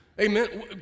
Amen